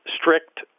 strict